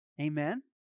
Amen